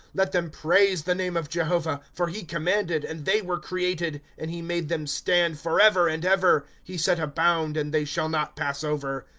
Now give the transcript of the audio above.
let them praise the name of jehovah for he commanded, and they were created and he made them stand forever and ever he set a bound, and they shall not pass over.